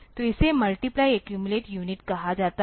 तो इसे multiply accumulate unit कहा जाता है